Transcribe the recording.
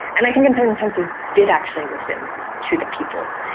and i think in certain senses did actually listen to the people.